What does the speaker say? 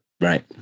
right